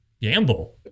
Gamble